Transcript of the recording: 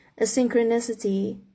Asynchronicity